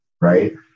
Right